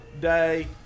day